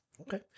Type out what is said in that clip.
Okay